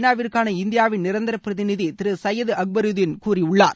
நா விற்கான இந்தியாவின் நிரந்தர பிரதிநிதி திரு சையது அக்பருதீன் கூறியுள்ளார்